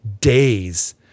days